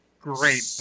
Great